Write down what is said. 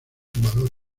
valor